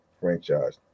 franchise